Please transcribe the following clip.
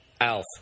Alf